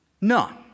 None